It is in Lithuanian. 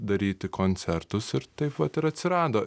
daryti koncertus ir taip vat ir atsirado